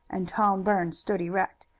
and tom burns stood erect.